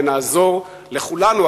ונעזור לכולנו,